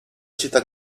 città